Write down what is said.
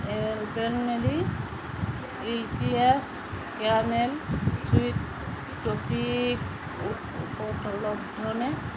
Alpenliebe eclairs caramel chewy toffee উপলব্ধ নে